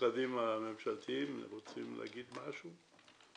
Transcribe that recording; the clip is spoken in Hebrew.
המשרדים הממשלתיים רוצים להגיד משהו?